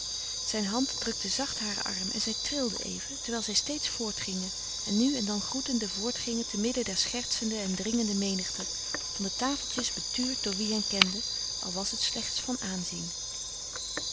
zijn hand drukte zacht haren arm en zij trilde even terwijl zij steeds voortgingen en nu en dan groetende voortgingen te midden der schertsende en dringende menigte van de tafeltjes betuurd door wie hen kende al was het slechts van aanzien